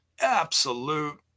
absolute